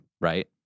right